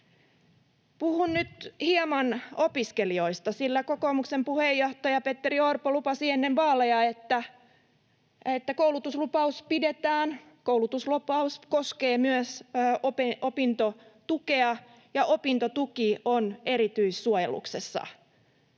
Puhun nyt hieman opiskelijoista, sillä kokoomuksen puheenjohtaja Petteri Orpo lupasi ennen vaaleja, että koulutuslupaus pidetään, koulutuslupaus koskee myös opintotukea ja opintotuki on erityissuojeluksessa.